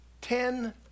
ten